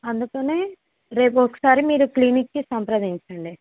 అందుకని రేపు ఒకసారి మీరు క్లినిక్కి సంప్రదించండి